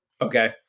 Okay